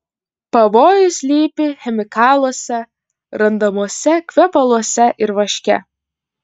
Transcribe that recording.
pavojus slypi chemikaluose randamuose kvepaluose ir vaške